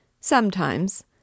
Sometimes